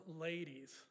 ladies